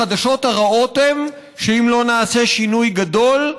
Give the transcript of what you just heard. החדשות הרעות הן שאם לא נעשה שינוי גדול,